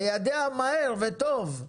תיידע מהר וטוב.